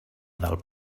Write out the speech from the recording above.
del